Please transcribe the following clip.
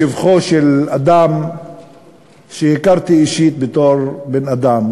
בשבחו של אדם שהכרתי אישית בתור בן-אדם,